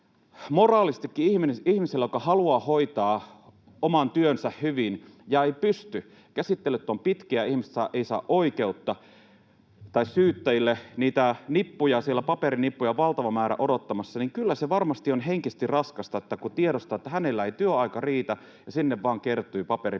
moraalisestikin ihmiselle, joka haluaa hoitaa oman työnsä hyvin eikä pysty — käsittelyt ovat pitkiä, ihmiset eivät saa oikeutta tai syyttäjille niitä nippuja, siellä on paperinippuja valtava määrä odottamassa — niin kyllä se varmasti on henkisesti raskasta, kun tiedostaa, että hänellä ei työaika riitä ja sinne vaan kertyy paperipinoon